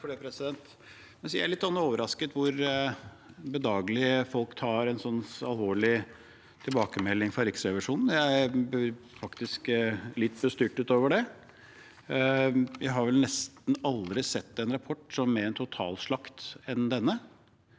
jeg er litt overrasket over hvor bedagelig folk tar en sånn alvorlig tilbakemelding fra Riksrevisjonen. Jeg blir faktisk litt bestyrtet over det. Vi har vel nesten aldri sett en rapport som er mer totalslakt enn denne.